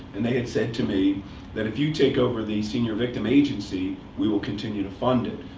and they had said to me that if you take over the senior victim agency, we will continue to fund it.